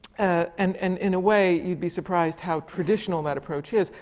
and and in a way, you'd be surprised how traditional that approach is.